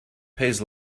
pays